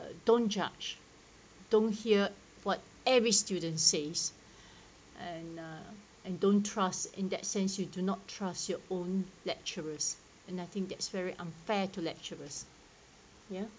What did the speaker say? don't judge don't hear what every student says and uh and don't trust in that sense you do not trust your own lecturers and I think thats very unfair to lecturers ya